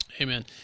Amen